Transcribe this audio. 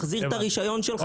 תחזיר את הרישיון שלך,